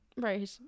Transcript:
right